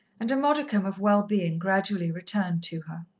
and a modicum of well-being gradually returned to her.